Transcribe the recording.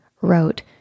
wrote